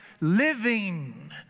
living